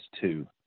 two